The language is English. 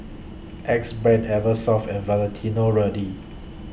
Axe Brand Eversoft and Valentino Rudy